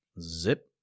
Zip